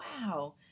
wow